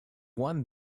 won